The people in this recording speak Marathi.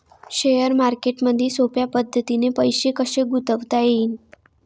शेअर मार्केटमधी सोप्या पद्धतीने पैसे कसे गुंतवता येईन?